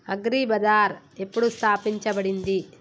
Agri Bazaar ఎప్పుడు స్థాపించబడింది?